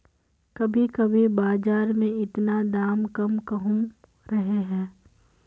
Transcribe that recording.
कभी कभी बाजार में इतना दाम कम कहुम रहे है?